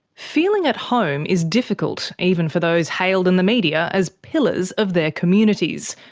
feeling at home is difficult even for those hailed in the media as pillars of their communities,